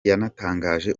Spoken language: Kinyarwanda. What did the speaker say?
yanatangaje